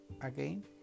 again